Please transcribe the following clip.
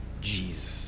Jesus